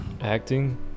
acting